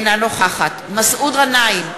אינה נוכחת מסעוד גנאים,